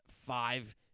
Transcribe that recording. five